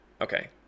Okay